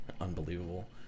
Unbelievable